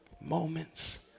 moments